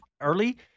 early